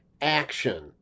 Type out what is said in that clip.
action